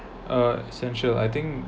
uh essential I think